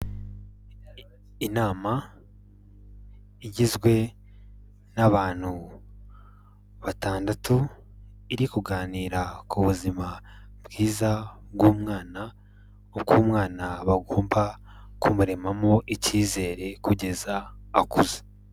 Inama igizwe n'abantu batandatu, iri kuganira ku buzima bwiza bw'umwana, uko umwana bagomba kumuremamo ikizere kugeza akuze.